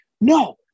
no